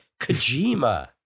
Kojima